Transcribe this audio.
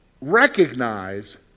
recognize